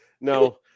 No